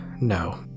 No